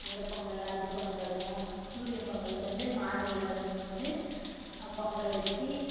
அந்த பொங்கல் அது கொண்டாடுவோம் சூரியன் பொங்கலுக்கு வந்து மாடு இல்லாதவங்க வந்து பொங்கல் வச்சி